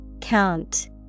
Count